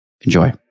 Enjoy